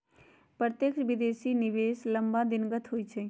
प्रत्यक्ष विदेशी निवेश लम्मा दिनगत होइ छइ